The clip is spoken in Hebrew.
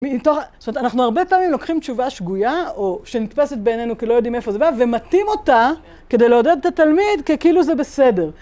זאת אומרת, אנחנו הרבה פעמים לוקחים תשובה שגויה, או שנתפסת בעינינו כי לא יודעים איפה זה בא, ומטים אותה כדי להודד את התלמיד, כאילו זה בסדר.